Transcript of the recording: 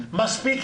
אבל אשמח להציג את